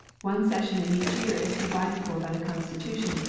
one session in each year is provided for by the constitution,